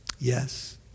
yes